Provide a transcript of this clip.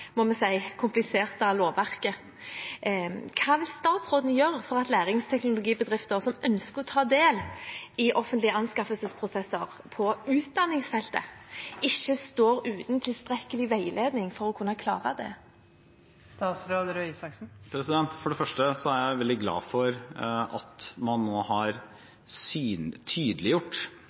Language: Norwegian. må vi si – kompliserte lovverket. Hva vil statsråden gjøre for at læringsteknologibedrifter som ønsker å ta del i offentlige anskaffelsesprosesser på utdanningsfeltet, ikke står uten tilstrekkelig veiledning for å kunne klare det? For det første er jeg veldig glad for at man nå har